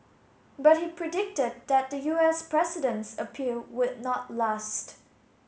but he predicted that the U S president's appeal would not last